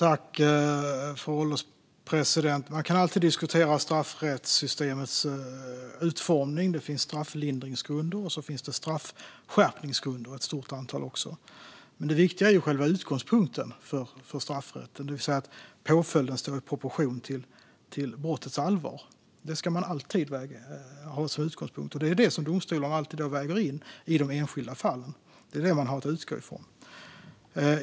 Fru ålderspresident! Man kan alltid diskutera straffrättssystemets utformning. Det finns strafflindringskunder och det finns också ett stort antal straffskärpningskunder. Men det viktiga är själva utgångspunkten för straffrätten, det vill säga att påföljden står i proportion till brottets allvar. Det ska man alltid ha som utgångspunkt, och det är det som domstolar alltid väger in i de enskilda fallen. Det är det man har att utgå från.